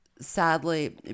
sadly